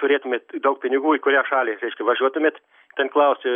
turėtumėt daug pinigų į kurią šalį reiškia važiuotumėt ten klausė